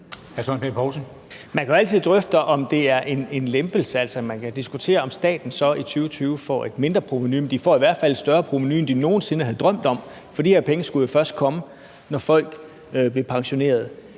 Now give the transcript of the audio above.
Man kan altid drøfte, om det er en lempelse, og man kan diskutere, om staten så i 2020 får et mindre provenu, men man får i hvert fald et større provenu, end man nogen sinde havde drømt om, for de her penge skulle jo først komme, når folk blev pensioneret.